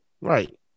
Right